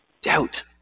doubt